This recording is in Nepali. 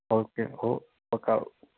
ओके हो पकाउँ